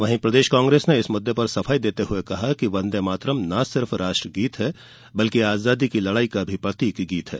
वहीं प्रदेश कांग्रेस ने इस मुद्दे पर सफाई देते हुए कहा है कि वंदेमातरम न सिर्फ राष्ट्रगीत है बल्कि आजादी की लड़ाई का भी प्रतीक गीत है